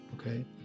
okay